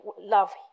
love